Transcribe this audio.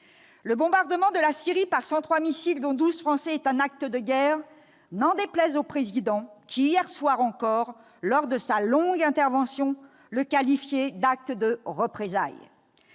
Le bombardement de la Syrie par 103 missiles, dont 12 Français, est un acte de guerre, n'en déplaise au Président de la République qui, hier soir encore, lors de sa longue intervention télévisée, le qualifiait d'« acte de représailles